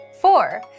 Four